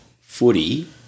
footy